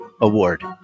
award